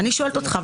אני שואלת אותך,